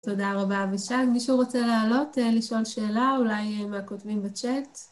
תודה רבה ושם, מישהו רוצה לעלות לשאול שאלה? אולי מה כותבים בצ'אט?